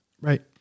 Right